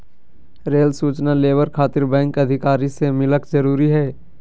Rail सूचना labour खातिर bank अधिकारी से मिलक जरूरी है?